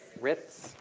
ritz.